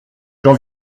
j’en